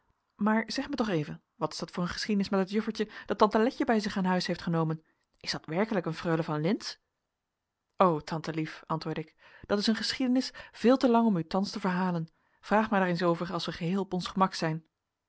maar zeg mij toch even wat is dat voor een geschiedenis met dat juffertje dat tante letje bij zich aan huis heeft genomen is dat werkelijk een freule van lintz o tante lief antwoordde ik dat is een geschiedenis veel te lang om u thans te verhalen vraag mij daar eens over als wij geheel op ons gemak zijn